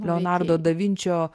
leonardo da vinčio